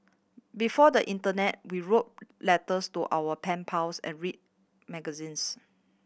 before the internet we wrote letters to our pen pals and read magazines